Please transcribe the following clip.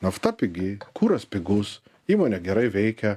nafta pigi kuras pigus įmonė gerai veikia